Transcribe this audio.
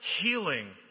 healing